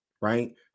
right